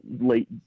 late